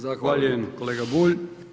Zahvaljujem kolega Bulj.